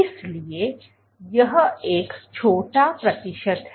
इसलिए यह एक छोटा प्रतिशत है